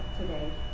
today